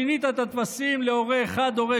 שינית את הטפסים להורה 1,